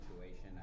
situation